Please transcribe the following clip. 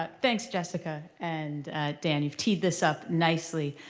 but thanks jessica and dan, you've teed this up nicely.